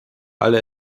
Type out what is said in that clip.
aller